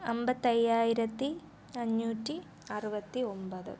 അമ്പത്തയ്യായിരത്തി അഞ്ഞൂറ്റി അറുപത്തി ഒൻപത്